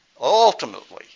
Ultimately